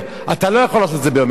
זו היתה תוכנית, אני אומר לך.